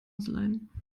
ausleihen